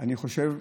אני חושב,